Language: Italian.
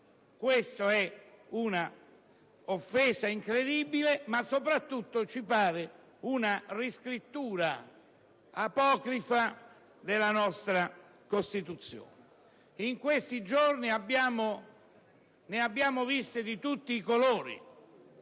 Questa è un'offesa incredibile, ma soprattutto ci sembra una riscrittura apocrifa della nostra Costituzione. In questi giorni ne abbiamo viste di tutti i colori,